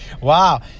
Wow